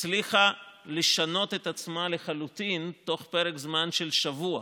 הצליחה לשנות את עצמה לחלוטין תוך פרק זמן של שבוע.